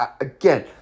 again